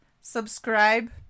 subscribe